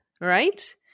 right